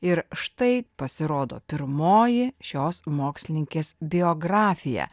ir štai pasirodo pirmoji šios mokslininkės biografija